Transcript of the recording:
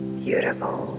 beautiful